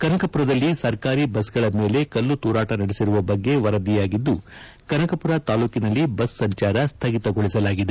ಕನಕಪುರದಲ್ಲಿ ಸರ್ಕಾರಿ ಬಸ್ ಗಳ ಮೇಲೆ ಕಲ್ಲು ತೂರಾಟ ನಡೆಸಿರುವ ಬಗ್ಗೆ ವರದಿಯಾಗಿದ್ದು ಕನಕಪುರ ತಾಲೂಕಿನಲ್ಲಿ ಬಸ್ ಸಂಚಾರ ಸ್ನಗಿತಗೊಳಿಸಲಾಗಿದೆ